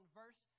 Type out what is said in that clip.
verse